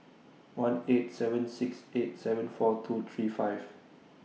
one eight seven six eight seven four two three five